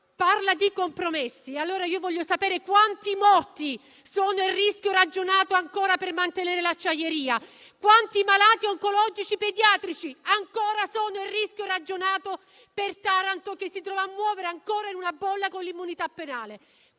parla di compromessi. Voglio sapere quanti morti sono il rischio ragionato per mantenere ancora l'acciaieria; quanti malati oncologici pediatrici ancora sono il rischio ragionato per Taranto, che si trova a muoversi ancora in una bolla con l'impunità penale.